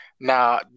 Now